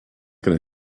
gonna